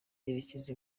yerekeza